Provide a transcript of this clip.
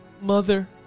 Mother